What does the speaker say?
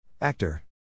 Actor